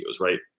right